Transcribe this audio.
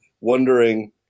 wondering